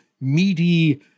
meaty